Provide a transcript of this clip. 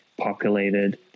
populated